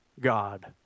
God